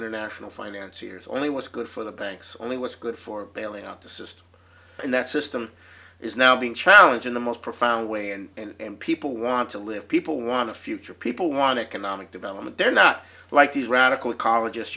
international financier's only what's good for the banks only what's good for bailing out the system and that system is now being challenged in the most profound way and people want to live people want a future people want to canonic development they're not like these radical ecol